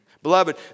Beloved